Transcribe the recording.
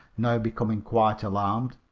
now becoming quite alarmed,